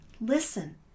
listen